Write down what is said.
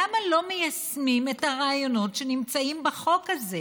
למה לא מיישמים את הרעיונות שנמצאים בחוק הזה,